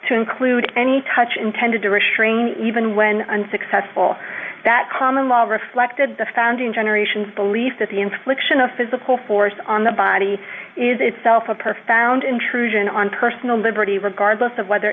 to include any touch intended to restrain even when unsuccessful that common law reflected the founding generation's belief that the infliction of physical force on the body is itself a per found intrusion on personal liberty regardless of whether